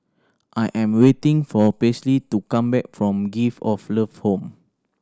I am waiting for Paisley to come back from Gift of Love Home